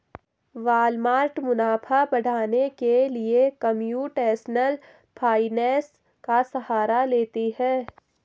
Walmart मुनाफा बढ़ाने के लिए कंप्यूटेशनल फाइनेंस का सहारा लेती है